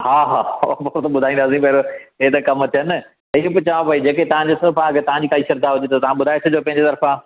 हा हा पोइ ख़ुदि ॿुधाईंदासी पहिरियों ही त कम थियनि इएं पियो चवां जेके तव्हां ॾिसो तव्हांजी काई श्रद्धा हुजे त तव्हां बि ॿुधाए छॾिजो पंहिंजी तर्फ़ां